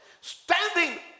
Standing